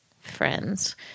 friends